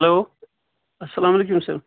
hello اسلام علیکُم سَر